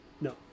No